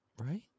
right